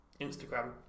Instagram